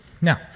Now